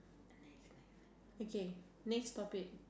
okay next topic